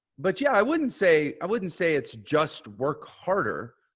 but yeah, i wouldn't say, i wouldn't say it's just work harder.